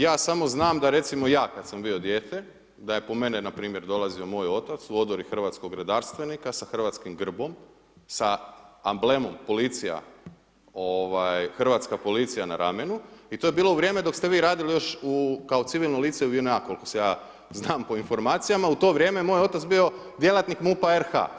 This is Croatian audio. Ja samo znam da recimo ja kada sam bio dijete, da je po mene npr. dolazio moj otac u odori hrvatskog redarstvenika sa hrvatskim grbom, a amblemom policija, Hrvatska policija na ramenu i to je bilo u vrijeme dok ste vi radili još kao civilno lice u JNA koliko ja znam po informacijama, u to vrijeme je moj otac bio djelatnik MUP-a RH.